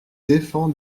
défend